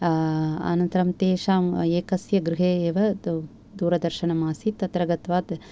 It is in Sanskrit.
अनन्तरं तेषां एकस्य गृहे एव दूरदर्शनम् आसीत् तत्र गत्वा